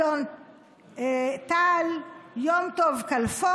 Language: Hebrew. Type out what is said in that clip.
אלון טל, יום טוב כלפון,